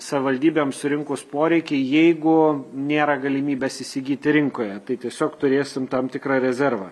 savivaldybėm surinkus poreikį jeigu nėra galimybės įsigyti rinkoje tai tiesiog turėsim tam tikrą rezervą